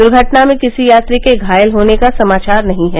दुर्घटना में किसी यात्री के घायल होने का समाचार नहीं है